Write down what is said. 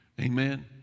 Amen